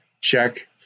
check